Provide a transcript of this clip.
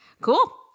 Cool